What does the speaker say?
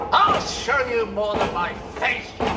ah show you more than my face!